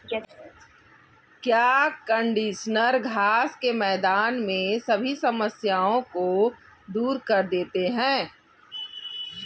क्या कंडीशनर घास के मैदान में सभी समस्याओं को दूर कर देते हैं?